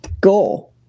goal